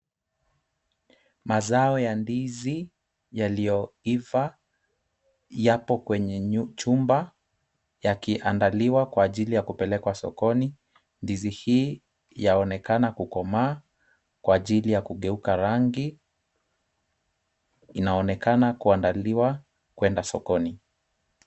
Mazao ya ndizi yaliyoiva yapo kwenye chumba yakiandaliwa kwa ajili ya kupelekwa sokoni. Ndizi hii yaonekana kukomaa kwa ajili ya kugeuka rangi. Inaonekana kuandaliwa kuenda sokoni.